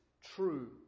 true